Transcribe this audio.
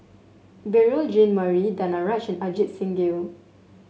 Beurel Jean Marie Danaraj and Ajit Singh Gill